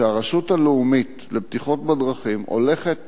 שהרשות הלאומית לבטיחות בדרכים הולכת